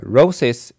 Roses